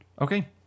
Okay